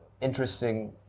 interesting